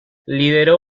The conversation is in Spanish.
lideró